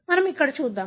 మనం ఇక్కడ చూద్దాం